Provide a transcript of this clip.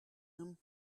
him